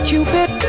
Cupid